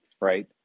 right